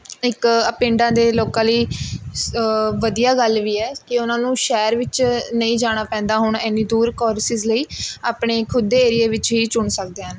ਇੱਕ ਪਿੰਡਾਂ ਦੇ ਲੋਕਾਂ ਲਈ ਸ ਵਧੀਆ ਗੱਲ ਵੀ ਹੈ ਕਿ ਉਹਨਾਂ ਨੂੰ ਸ਼ਹਿਰ ਵਿੱਚ ਨਹੀਂ ਜਾਣਾ ਪੈਂਦਾ ਹੁਣ ਇੰਨੀ ਦੂਰ ਕੋਰਸਿਸ ਲਈ ਆਪਣੇ ਖ਼ੁਦ ਦੇ ਏਰੀਏ ਵਿੱਚ ਹੀ ਚੁਣ ਸਕਦੇ ਹਨ